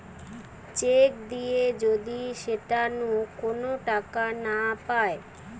check দিয়ে যদি সেটা নু কোন টাকা না পায়